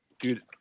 Dude